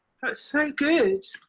so good.